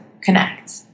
connect